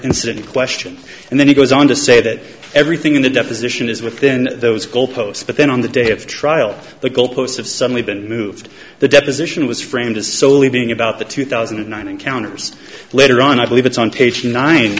incident in question and then he goes on to say that everything in the deposition is with then those goalposts but then on the day of trial the goalposts have suddenly been moved the deposition was framed as solely being about the two thousand and nine encounters later on i believe it's on